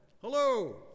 Hello